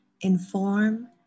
inform